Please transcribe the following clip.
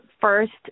first